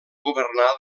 governà